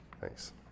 Thanks